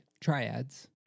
triads